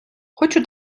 хочу